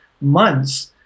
months